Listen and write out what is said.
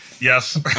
Yes